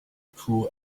tout